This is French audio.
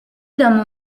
d’un